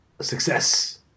success